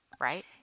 right